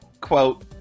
quote